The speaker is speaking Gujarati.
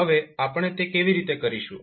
હવે આપણે તે કેવી રીતે કરીશું